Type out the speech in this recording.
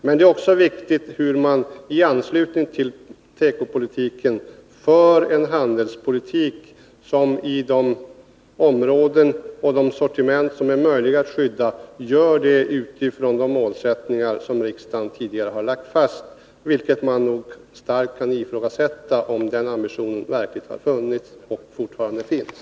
Men det är också viktigt att man i anslutning till tekopolitiken för en handelspolitik som i fråga om de områden och de sortiment som är möjliga att skydda gör detta med utgångspunkt i de målsättningar som riksdagen tidigare har lagt fast. Man kan dock starkt ifrågasätta om den ambitionen verkligen har funnits och fortfarande finns.